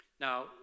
Now